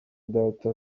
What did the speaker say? data